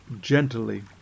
Gently